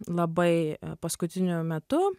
labai paskutiniu metu